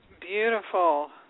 Beautiful